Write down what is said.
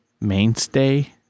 mainstay